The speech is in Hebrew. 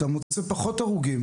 אתה מוצא פחות הרוגים.